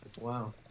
Wow